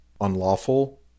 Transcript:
unlawful